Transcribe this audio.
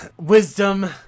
wisdom